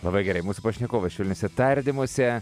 labai gerai mūsų pašnekovas švelniuose tardymuose